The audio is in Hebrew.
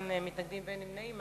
אין מתנגדים ואין נמנעים,